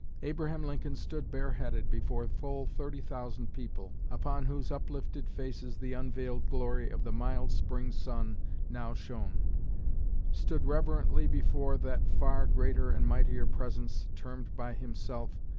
abraham lincoln stood bareheaded before full thirty thousand people, upon whose uplifted faces the unveiled glory of the mild spring sun now shone stood reverently before that far greater and mightier presence termed by himself,